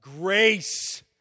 Grace